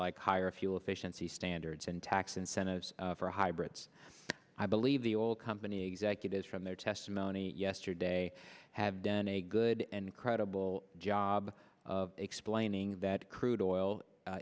like higher fuel efficiency standards and tax incentives for hybrids i believe the old company executives from their testimony yesterday have done a good and credible job explaining that crude o